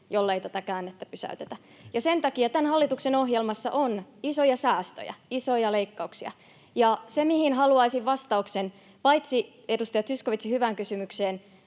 jollei tätä käännettä pysäytetä, ja sen takia tämän hallituksen ohjelmassa on isoja säästöjä, isoja leikkauksia. Minäkin haluaisin vastauksen edustaja Zyskowiczin hyvään kysymykseen